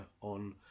on